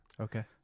Okay